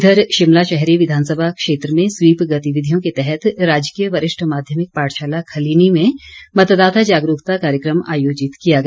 इधर शिमला शहरी विधानसभा क्षेत्र में स्वीप गतिविधियों के तहत राजकीय वरिष्ठ माध्यमिक पाठशाला खलीनी में मतदाता जागरूकता कार्यकम आयोजित किया गया